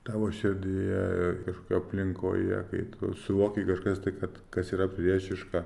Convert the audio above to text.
tavo širdyje kažkokioj aplinkoje kai tu suvoki kažkas tai kad kas yra priešiška